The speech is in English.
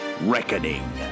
Reckoning